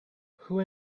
who